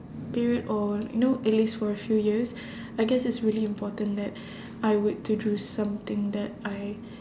period or you know at least for a few years I guess it's really important that I were to do something that I